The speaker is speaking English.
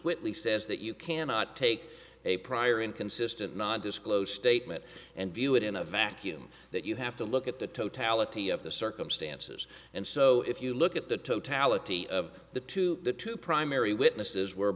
whitley says that you cannot take a prior inconsistent nondisclosure statement and view it in a vacuum that you have to look at the totality of the circumstances and so if you look at the totality of the two the two primary witnesses were